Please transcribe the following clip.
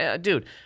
Dude